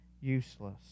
useless